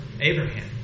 Abraham